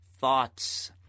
thoughts